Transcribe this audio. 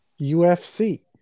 UFC